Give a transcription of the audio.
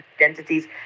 identities